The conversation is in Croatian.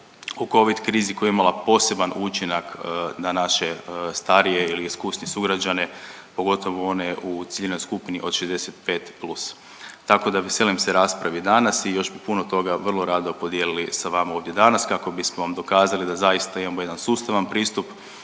o Covid krizi koja je imala poseban učinak na naše starije ili iskusnije sugrađane, pogotovo one u ciljnoj skupini od 65+. Tako da, veselim se raspravi danas i još puno toga vrlo rado podijelili sa vama ovdje danas kako bismo vam dokazali da zaista imamo jedan sustavan pristup